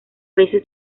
veces